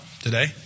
today